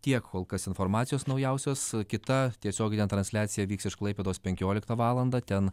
tiek kol kas informacijos naujausios kita tiesioginė transliacija vyks iš klaipėdos penkioliktą valandą ten